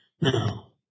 now